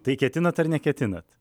tai ketinat ar neketinat